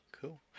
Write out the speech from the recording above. cool